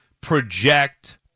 project